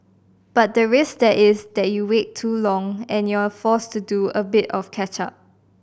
but the risk there is that you wait too long and you're forced to do a bit of catch up